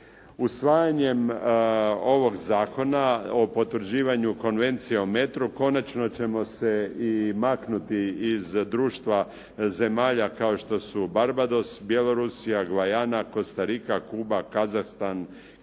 Usvajanjem ovog Zakona o potvrđivanju Konvencije o metru konačno ćemo se i maknuti iz društva zemalja kao što su Barbados, Bjelorusija, Gvajana, Kostarika, Kuba, Kazahstan, Kenija,